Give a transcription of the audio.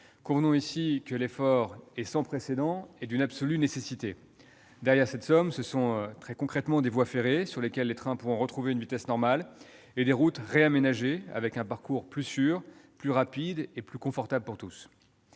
Convenons ici que l'effort est sans précédent et d'une absolue nécessité. Derrière cette somme, ce sont très concrètement des voies ferrées, sur lesquelles les trains pourront retrouver une vitesse normale, et des routes qui seront réaménagées, les parcours étant ainsi rendus plus sûrs, plus rapides et plus confortables pour tous.